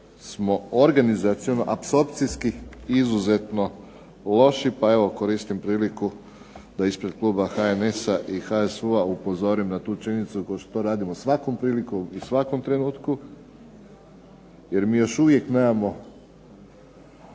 smo organizaciono apsorpcijski izuzetno loši. Pa evo koristim priliku da ispred kluba HNS-a i HSU-a upozorim na tu činjenicu kao što to radimo svakom prilikom u svakom trenutku jer mi još uvijek nemamo